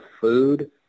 food